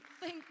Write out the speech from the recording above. thank